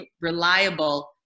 reliable